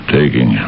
Taking